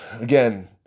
again